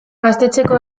gaztetxeko